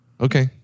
Okay